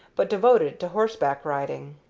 but devoted to horseback riding.